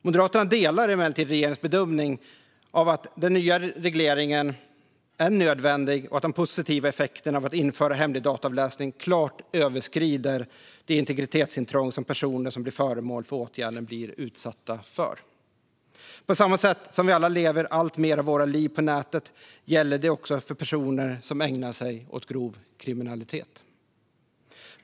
Moderaterna delar emellertid regeringens bedömning att den nya regleringen är nödvändig och att de positiva effekterna av att införa hemlig dataavläsning klart överskrider det integritetsintrång som personer som blir föremål för åtgärden blir utsatta för. På samma sätt som vi alla lever alltmer av våra liv på nätet gäller det också för personer som ägnar sig åt grov kriminalitet.